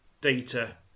Data